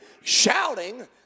shouting